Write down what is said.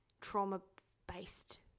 trauma-based